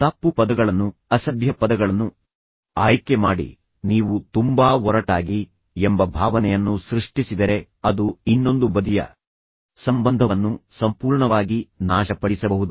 ತಪ್ಪು ಪದಗಳನ್ನು ಅಸಭ್ಯ ಪದಗಳನ್ನು ಆಯ್ಕೆ ಮಾಡಿ ನೀವು ತುಂಬಾ ಒರಟಾಗಿ ಎಂಬ ಭಾವನೆಯನ್ನು ಸೃಷ್ಟಿಸಿದರೆ ಅದು ಇನ್ನೊಂದು ಬದಿಯ ಸಂಬಂಧವನ್ನು ಸಂಪೂರ್ಣವಾಗಿ ನಾಶಪಡಿಸಬಹುದು